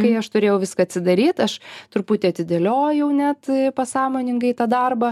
kai aš turėjau viską atsidaryt aš truputį atidėliojau net pasąmoningai tą darbą